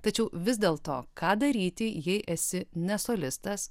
tačiau vis dėl to ką daryti jei esi ne solistas